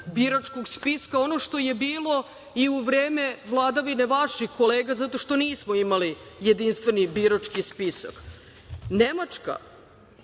biračkog spiska, ono što je bilo i u vreme vladavine vaših kolega, zato što nismo imali jedinstveni birački spisak. Nemačka